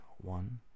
one